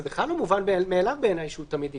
זה בכלל לא מובן מאליו בעיניי שהוא תמיד יגבר.